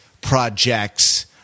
projects